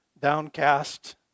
downcast